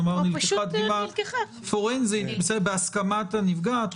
נאמר "נלקחה דגימה פורנזית בהסכמת הנפגעת".